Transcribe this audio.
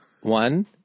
one